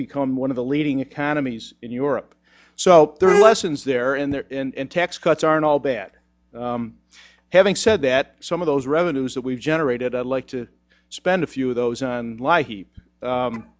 become one of the leading economies in europe so there are lessons there and there and tax cuts aren't all bad having said that some of those revenues that we've generated i'd like to spend a few of those on like he